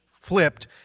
flipped